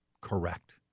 correct